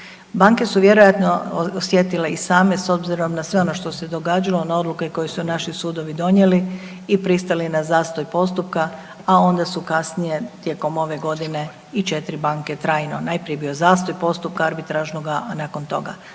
Banke su vjerojatno osjetile i same s obzirom na sve ono što se događalo na odluke koje su naši sudovi donijeli i pristali na zastoj postupka, a onda su kasnije tijekom ove godine i četiri banke trajno, najprije je bio zastoj postupka arbitražnoga nakon toga,